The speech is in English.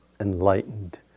enlightened